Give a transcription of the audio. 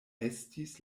estis